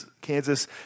Kansas